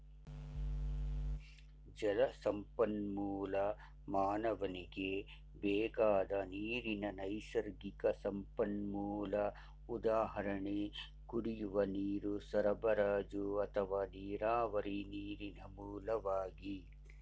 ಜಲಸಂಪನ್ಮೂಲ ಮಾನವನಿಗೆ ಬೇಕಾದ ನೀರಿನ ನೈಸರ್ಗಿಕ ಸಂಪನ್ಮೂಲ ಉದಾಹರಣೆ ಕುಡಿಯುವ ನೀರು ಸರಬರಾಜು ಅಥವಾ ನೀರಾವರಿ ನೀರಿನ ಮೂಲವಾಗಿ